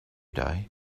day